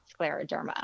scleroderma